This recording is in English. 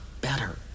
better